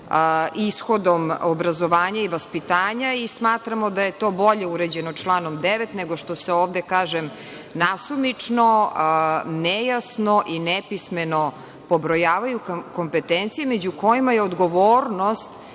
ishodom obrazovanja i vaspitanja. Smatramo da je to bolje urađeno članom 9, nego što se ovde kaže nasumično, nejasno i nepismeno pobrojavaju kompetencije, među kojima je odgovornost